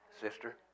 sister